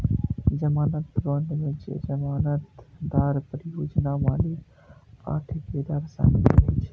जमानत बांड मे जमानतदार, परियोजना मालिक आ ठेकेदार शामिल रहै छै